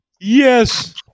Yes